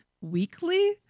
weekly